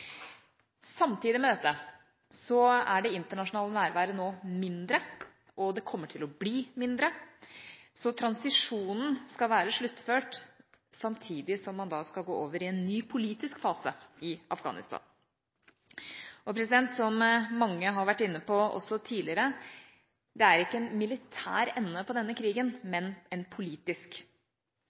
Samtidig med dette er det internasjonale nærværet mindre, og det kommer til å bli mindre, så transisjonen skal være sluttført samtidig som man skal gå over i en ny politisk fase i Afghanistan. Som mange også tidligere har vært inne på, er det ikke en militær ende på denne krigen, men en politisk.